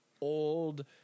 old